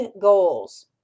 goals